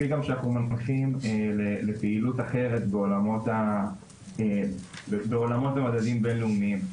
ואנחנו גם מנחים לפעילות אחרת בעולמות במדדים בין-לאומיים.